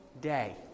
day